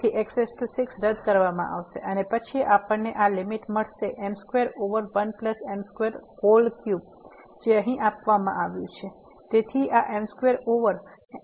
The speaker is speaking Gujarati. તેથી x6 રદ કરવામાં આવશે અને પછી આપણને આ લીમીટ મળશે m2 ઓવર 1 m23 જે અહીં આપવામાં આવ્યું છે